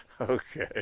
Okay